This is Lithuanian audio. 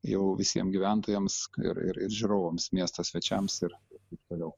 jau visiem gyventojams ir ir ir žiūrovams miesto svečiams ir taip toliau